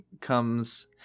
comes